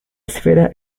esfera